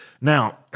Now